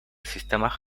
sistema